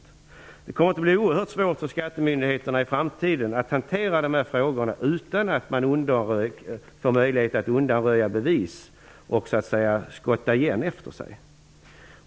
Det kommer i framtiden att bli oerhört svårt för skattemyndigheterna att hantera dessa frågor utan att möjlighet ges att undanröja bevis och att så att säga skotta igen efter sig.